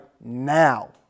now